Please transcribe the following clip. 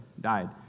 died